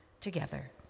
together